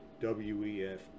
wef